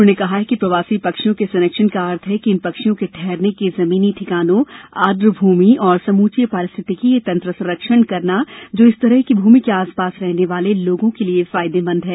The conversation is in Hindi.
उन्होंने कहा कि प्रवासी पक्षियों के संरक्षण का अर्थ है इन पक्षियों के ठहरने के जमीनी ठिकानों आर्द्र भूमि और समूचे पारिस्थितिकीय तंत्र संरक्षण करना जो इस तरह की भूमि के आस पास रहने वाले लोगों के लिए भी फायदेमंद है